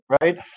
right